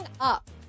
up